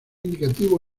indicativo